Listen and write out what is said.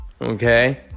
Okay